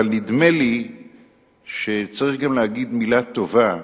אבל נדמה לי שצריך גם להגיד מלה טובה לממשלה.